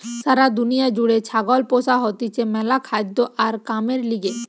সারা দুনিয়া জুড়ে ছাগল পোষা হতিছে ম্যালা খাদ্য আর কামের লিগে